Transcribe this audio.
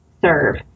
serve